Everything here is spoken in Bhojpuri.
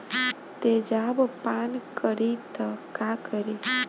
तेजाब पान करी त का करी?